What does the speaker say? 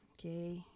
Okay